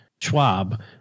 Schwab